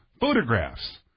photographs